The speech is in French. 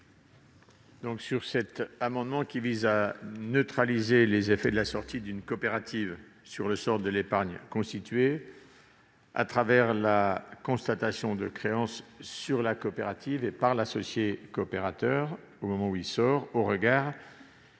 ? Ces amendements visent à neutraliser les effets de la sortie d'une coopérative sur le sort de l'épargne constituée, à travers la constatation de créances sur la coopérative et par l'associé coopérateur au moment où il sort, au regard des règles